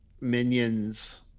minions